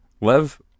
Lev